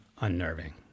unnerving